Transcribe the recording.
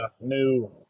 new